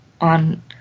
on